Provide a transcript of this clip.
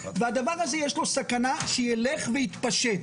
והדבר הזה יש איתו סכנה שילך ויתפשט,